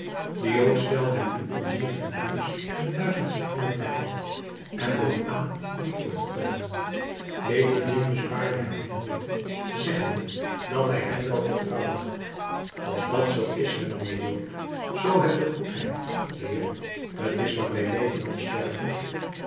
de jood stelde hem nu onmiddelijk de beurs met duizend sequinen ter hand en bood aan die voor te tellen bedreddin bespaarde hem die moeite zeggende dat hij hem wel vertrouwde als dat zoo is hernam de jood zoo heb de goedheid heer t is maar bij leven of sterven